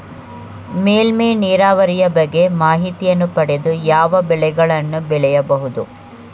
ಮೇಲ್ಮೈ ನೀರಾವರಿಯ ಬಗ್ಗೆ ಮಾಹಿತಿಯನ್ನು ಪಡೆದು ಯಾವ ಬೆಳೆಗಳನ್ನು ಬೆಳೆಯಬಹುದು?